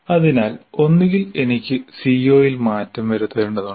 അതിനാൽ ഒന്നുകിൽ എനിക്ക് സിഒയിൽ മാറ്റം വരുത്തേണ്ടതുണ്ട്